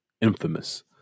infamous